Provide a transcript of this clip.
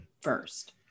first